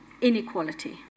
inequality